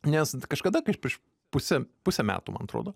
nes kažkada kai aš prieš pusę pusę metų man atrodo